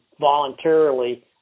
voluntarily